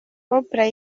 oprah